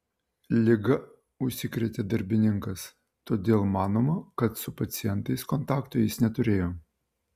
liga užsikrėtė darbininkas todėl manoma kad su pacientais kontakto jis neturėjo